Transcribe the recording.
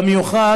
במיוחד